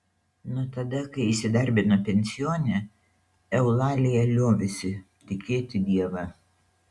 nuo tada kai įsidarbino pensione eulalija liovėsi tikėti dievą